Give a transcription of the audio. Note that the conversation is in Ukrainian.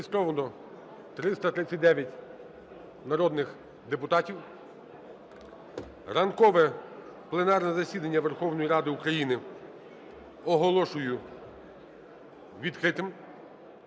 Зареєстровано 339 народних депутатів. Ранкове пленарне засідання Верховної Ради України оголошую відкритим.